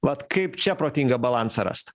vat kaip čia protingą balansą rast